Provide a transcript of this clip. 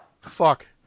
fuck